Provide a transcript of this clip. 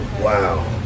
Wow